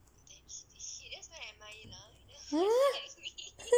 !huh!